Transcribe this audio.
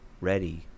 ready